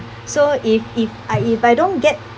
so if if I if I don't get